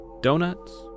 donuts